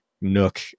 nook